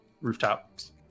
rooftops